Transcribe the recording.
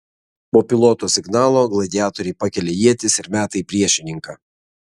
po piloto signalo gladiatoriai pakelia ietis ir meta į priešininką